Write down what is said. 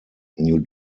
new